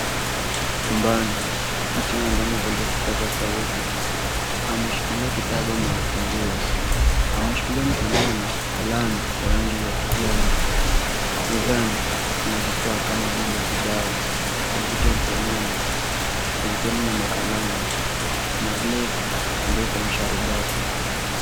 Chumbani, msichana ambaye amevalia kipaza sauti ameushikilia kitabu ameufungua. Ameushikilia mkononi kalamu ya rangi wa kijani. Mezani kuna vifaa kama vile kibao, kompyuta ya mkononi, penseli na makalamu na glesi ambayo ikona sharubati.